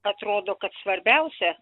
atrodo kad svarbiausia